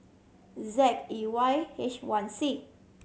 Z E Y H one C